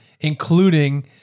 including